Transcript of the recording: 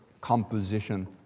composition